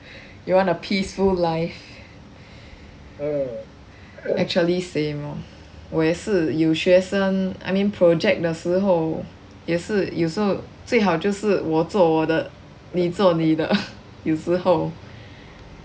you want a peaceful life actually same lor 我也是有学生 I mean project 的时候也是有时候最好就是我做我的你做你的有时候